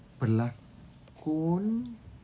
pelakon